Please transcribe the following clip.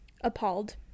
appalled